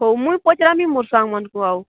ହଉ ମୁଇଁ ପଚରାମି ମୋ ସାଙ୍ଗମାନଙ୍କୁ ଆଉ